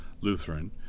Lutheran